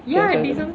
oh sorry